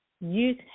youth